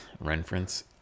Reference